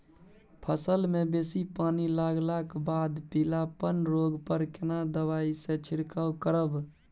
फसल मे बेसी पानी लागलाक बाद पीलापन रोग पर केना दबाई से छिरकाव करब?